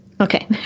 Okay